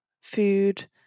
food